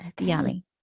Yummy